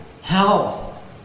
health